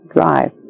drive